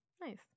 nice